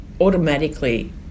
automatically